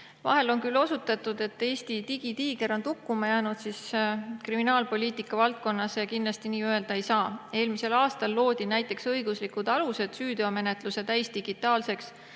Vahel on küll osutatud, et Eesti digitiiger on tukkuma jäänud, aga kriminaalpoliitika valdkonnas kindlasti nii öelda ei saa. Eelmisel aastal loodi näiteks õiguslikud alused süüteomenetluse täisdigitaalseks